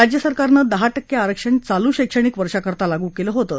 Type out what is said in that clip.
राज्यसरकारनं दहा टक्के आरक्षण चालू शक्षणिक वर्षाकरता लागू केलं होतं